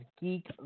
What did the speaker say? Geek